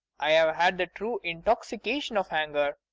i've had the true intoxication of anger.